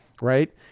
Right